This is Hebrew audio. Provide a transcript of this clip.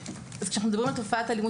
כשמדברים על תופעת האלימות,